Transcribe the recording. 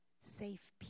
Safe